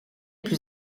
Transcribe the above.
plus